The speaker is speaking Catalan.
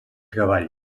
treball